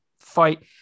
fight